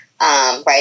Right